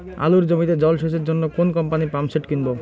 আলুর জমিতে জল সেচের জন্য কোন কোম্পানির পাম্পসেট কিনব?